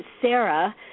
Sarah